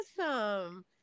awesome